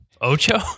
Ocho